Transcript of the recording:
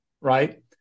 right